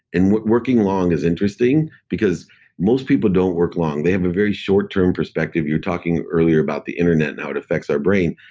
and working long is interesting, because most people don't work long. they have a very short-term perspective. you were talking earlier about the internet and how it affects our brain.